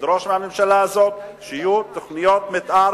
לדרוש מהממשלה הזאת שיהיו תוכניות מיתאר